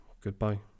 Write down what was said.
Goodbye